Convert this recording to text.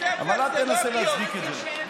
אבל אל תנסה להצדיק את זה.